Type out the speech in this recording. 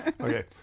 Okay